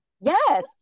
Yes